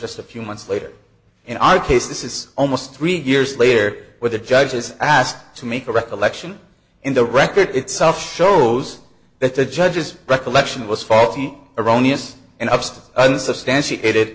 just a few months later and i case this is almost three years later where the judge is asked to make a recollection in the record itself shows that the judge's recollection was faulty erroneous and absence unsubstantiated